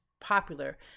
popular